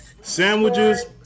Sandwiches